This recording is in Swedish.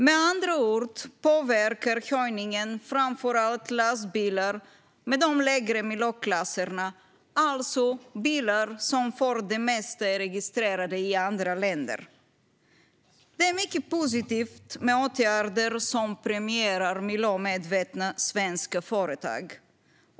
Med andra ord påverkar höjningen framför allt lastbilar i de lägre miljöklasserna, alltså bilar som för det mesta är registrerade i andra länder. Det är mycket positivt med åtgärder som premierar miljömedvetna svenska företag.